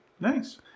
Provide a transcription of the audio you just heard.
nice